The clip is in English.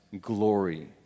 glory